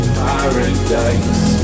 paradise